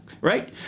right